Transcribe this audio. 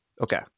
Okay